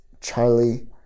Charlie